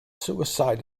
suicide